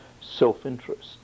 self-interest